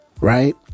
right